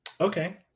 Okay